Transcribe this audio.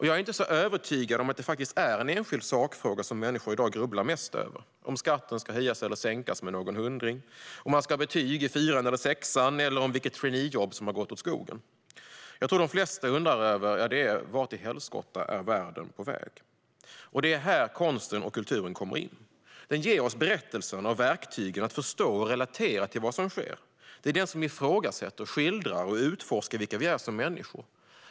Jag är inte så övertygad om att det faktiskt är en enskild sakfråga som människor i dag grubblar mest över: om skatten ska höjas eller sänkas med någon hundring, om man ska ha betyg i fyran eller sexan eller vilket traineejobb som gått åt skogen. Jag tror det de flesta undrar över är vart i helskotta världen är på väg. Det är här konsten och kulturen kommer in. Den ger oss berättelserna och verktygen att förstå och relatera till det som sker. Det är den som ifrågasätter, skildrar och utforskar vilka vi är som människor.